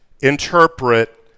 interpret